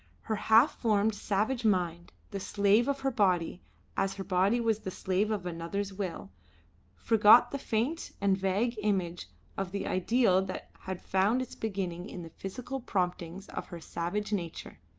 her half-formed, savage mind, the slave of her body as her body was the slave of another's will forgot the faint and vague image of the ideal that had found its beginning in the physical promptings of her savage nature.